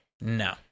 no